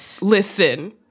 Listen